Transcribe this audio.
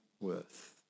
worth